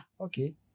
okay